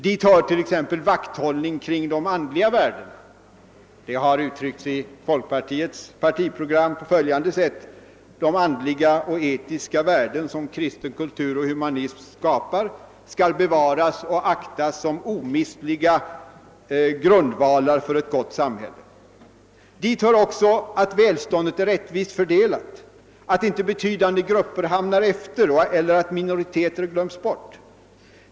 Dit hör t.ex. vakthållning kring de andliga värdena. Detta har i folkpartiets partiprogram uttryckts på följande sätt: »De andliga och etiska värden som kristen kultur och humanism skapar skall bevaras och aktas som omistliga grundvalar för ett gott samhälle.« Dit hör också att välståndet är rättvist fördelat, att inte betydande grupper blir eftersatta eller att minoriteter glöms bort.